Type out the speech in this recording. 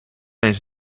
eens